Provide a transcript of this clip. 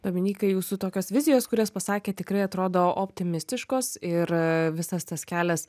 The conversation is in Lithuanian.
dominykai jūsų tokios vizijos kurias pasakėt tikrai atrodo optimistiškos ir visas tas kelias